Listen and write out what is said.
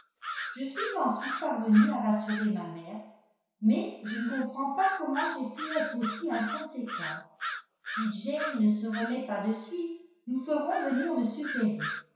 je suis ensuite parvenue à rassurer ma mère mais je ne comprends pas comment j'ai pu être aussi inconséquente si jane ne se remet pas de suite nous ferons venir m perry